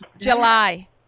July